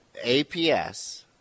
APS